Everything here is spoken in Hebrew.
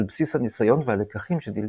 על בסיס הניסיון והלקחים שנלמדו.